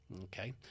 Okay